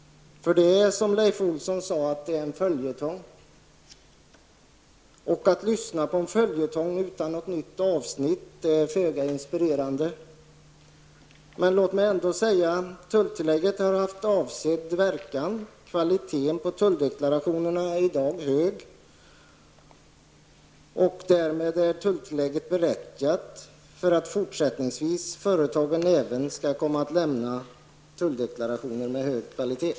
Det är, som Leif Olsson säger, en följetong. Att lyssna på en följetong utan något nytt avsnitt är föga inspirerande. Låt mig ändå säga att tulltillägget har haft avsedd verkan. Kvaliteten på tulldeklarationerna är i dag hög. Därmed är tulltillägget berättigat, för att företagen även fortsättningsvis skall komma att lämna tulldeklarationer med hög kvalitet.